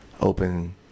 open